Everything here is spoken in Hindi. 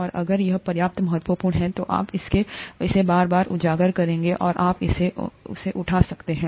और अगर यह पर्याप्त महत्वपूर्ण है तो आप इसे बार बार उजागर करेंगे और आप इसे उठा सकते हैं